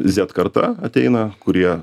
zet karta ateina kurie